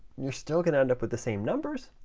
you're still going to end up with the same numbers,